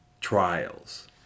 trials